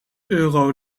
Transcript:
euro